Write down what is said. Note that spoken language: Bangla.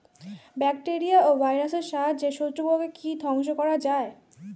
ব্যাকটেরিয়া ও ভাইরাসের সাহায্যে শত্রু পোকাকে কি ধ্বংস করা যায়?